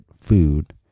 food